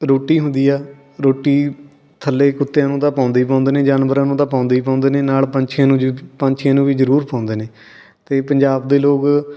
ਰੋਟੀ ਹੁੰਦੀ ਹੈ ਰੋਟੀ ਥੱਲੇ ਕੁੱਤਿਆਂ ਨੂੰ ਤਾਂ ਪਾਉਂਦੇ ਹੀ ਪਾਉਂਦੇ ਨੇ ਜਾਨਵਰਾਂ ਨੂੰ ਤਾਂ ਪਾਉਂਦੇ ਹੀ ਪਾਉਂਦੇ ਨੇ ਨਾਲ ਪੰਛੀਆਂ ਨੂੰ ਜ ਪੰਛੀਆਂ ਨੂੰ ਵੀ ਜ਼ਰੂਰ ਪਾਉਂਦੇ ਨੇ ਅਤੇ ਪੰਜਾਬ ਦੇ ਲੋਕ